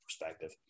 perspective